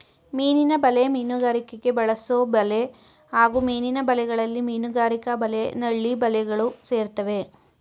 ಮೀನಿನ ಬಲೆ ಮೀನುಗಾರಿಕೆಗೆ ಬಳಸೊಬಲೆ ಹಾಗೂ ಮೀನಿನ ಬಲೆಗಳಲ್ಲಿ ಮೀನುಗಾರಿಕಾ ಬಲೆ ನಳ್ಳಿ ಬಲೆಗಳು ಸೇರ್ತವೆ